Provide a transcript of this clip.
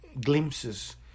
glimpses